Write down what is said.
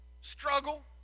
struggle